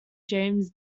james